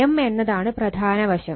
M എന്നതാണ് പ്രധാന വശം